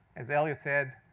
as elliott said,